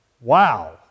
Wow